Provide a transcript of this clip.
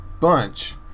bunch